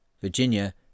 Virginia